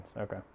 Okay